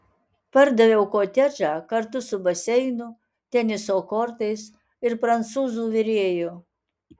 pardaviau kotedžą kartu su baseinu teniso kortais ir prancūzų virėju